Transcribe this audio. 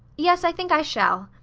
yes, i think i shall.